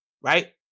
right